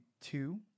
two